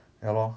ya lor